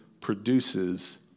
produces